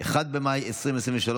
1 במאי 2023,